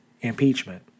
impeachment